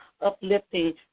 uplifting